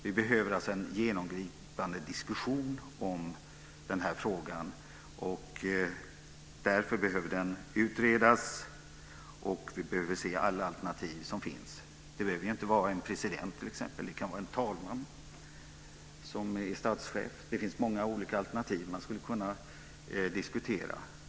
Vi behöver en genomgripande diskussion om den här frågan. Därför behöver den utredas, och vi behöver se alla alternativ som finns. Det behöver t.ex. inte vara en president som är statschef - det kan vara en talman. Det finns många olika alternativ som man skulle kunna diskutera.